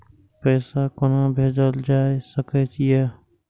पैसा कोना भैजल जाय सके ये